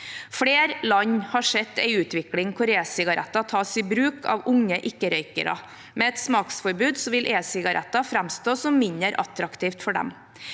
Flere land har sett en utvikling hvor e-sigaretter tas i bruk av unge ikke-røykere. Med et smaksforbud vil e-sigaretter framstå mindre attraktive for dem.